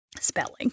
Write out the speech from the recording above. spelling